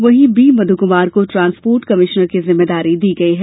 वहीं बी मधु कुमार को transport commissioner की जिम्मेदारी दी गई है